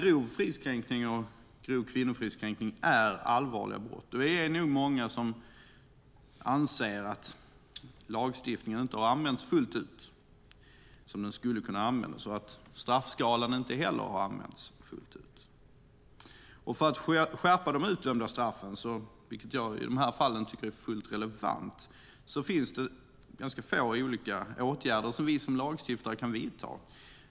Grov fridskränkning och grov kvinnofridskränkning är allvarliga brott, och vi är nog många som anser att lagstiftningen inte har använts fullt ut som den skulle kunna användas och att straffskalan inte heller har använts fullt ut. För att skärpa de utdömda straffen, vilket jag i de här fallen tycker är fullt relevant, finns det ganska få åtgärder som vi som lagstiftare kan vidta.